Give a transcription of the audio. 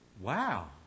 wow